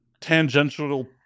tangential